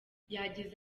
yagize